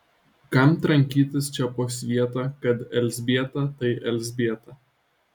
kam trankytis čia po svietą kad elzbieta tai elzbieta